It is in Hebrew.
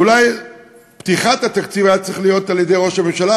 ואולי פתיחת התקציב הייתה צריך להיות על-ידי ראש הממשלה,